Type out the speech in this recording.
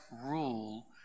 rule